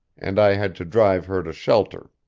and i had to drive her to shelter.